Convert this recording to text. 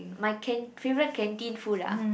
my can~ favourite canteen food ah